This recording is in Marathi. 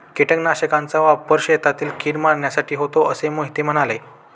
कीटकनाशकांचा वापर शेतातील कीड मारण्यासाठी होतो असे मोहिते म्हणाले